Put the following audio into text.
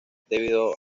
debido